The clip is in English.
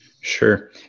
Sure